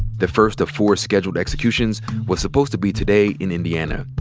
the first of four scheduled executions was supposed to be today in indiana.